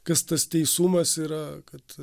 kas tas teisumas yra kad